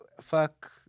fuck